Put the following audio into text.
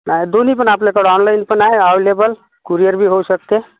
नाही दोन्ही पण आपल्याकडे ऑनलाईन पण आहे अवेलेबल कुरिअर भी होऊ शकते